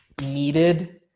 needed